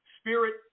spirit